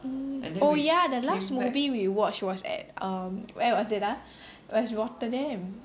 mm oh ya the last movie we watched was at um where was it ah was Rotterdam